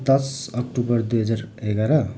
दस अक्टोबर दुई हजार एघार